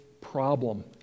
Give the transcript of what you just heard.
problem